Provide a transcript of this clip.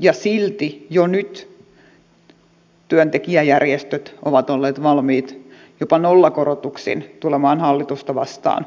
ja silti jo nyt työntekijäjärjestöt ovat olleet valmiit jopa nollakorotuksin tulemaan hallitusta vastaan